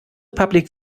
public